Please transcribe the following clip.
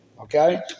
Okay